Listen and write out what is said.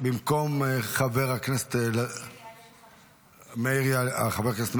במקום חבר הכנסת ------ מאיר יעלה.